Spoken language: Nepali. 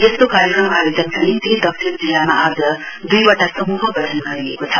यस्तो कार्यक्रम आयोजनका निम्ति दक्षिण जिल्लामा दुइवटा समूह गठन गरिएको छ